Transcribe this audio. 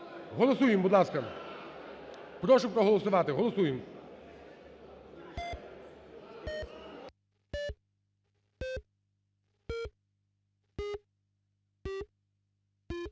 Голосуємо, будь ласка. Прошу проголосувати. Голосуємо.